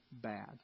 bad